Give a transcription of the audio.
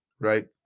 right